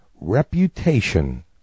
Reputation